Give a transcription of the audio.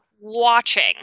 watching